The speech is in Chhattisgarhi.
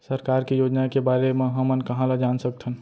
सरकार के योजना के बारे म हमन कहाँ ल जान सकथन?